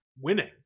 winning